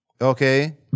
Okay